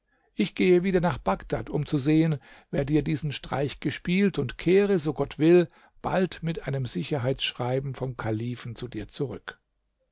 ich gehe wieder nach bagdad um zu sehen wer dir diesen streich gespielt und kehre so gott will bald mit einem sicherheitsschreiben vom kalifen zu dir zurück